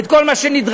את כל מה שנדרשים,